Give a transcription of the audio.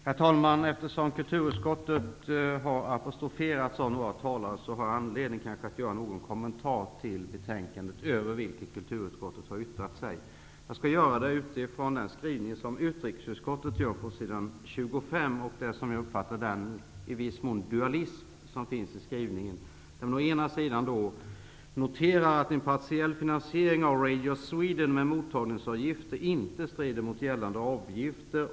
Herr talman! Eftersom kulturutskottet har apostroferats av några talare har jag kanske anledning att något kommentera betänkandet, som kulturutskottet har yttrat sig över. Min utgångspunkt är utrikesutskottets skrivning på s. 25 i betänkandet. Det finns en viss dualism i den skrivningen. Å ena sidan noterar utrikesutskottet att en partiell finansiering av Radio Sweden med mottagaravgiftsmedel inte strider mot det gällande avtalet.